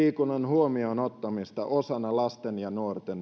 huomioonottamista osana lasten ja nuorten hyvinvointia se on hyvä huomio